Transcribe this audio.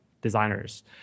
designers